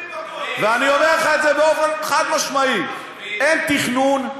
ואני אומר לך את זה באופן חד-משמעי: אין תכנון,